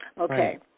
Okay